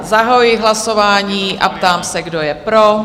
Zahajuji hlasování a ptám se, kdo je pro?